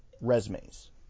resumes